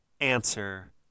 answer